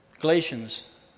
Galatians